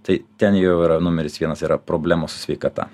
tai ten jau yra numeris vienas yra problemų su sveikata